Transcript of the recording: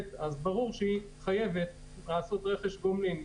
אז ברור שהיא חייבת לעשות רכש גומלין.